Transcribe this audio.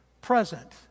present